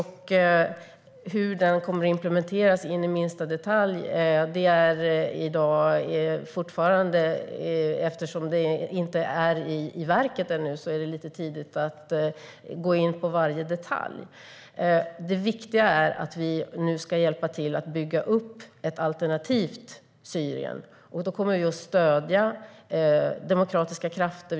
Hur den kommer att implementeras in i minsta detalj är i dag fortfarande lite tidigt att gå in på eftersom den inte har satts i verket ännu. Det viktiga är att vi nu ska hjälpa till att bygga upp ett alternativt Syrien. Vi kommer att stödja demokratiska krafter.